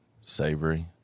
savory